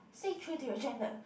stay true to your gender